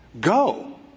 Go